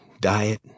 diet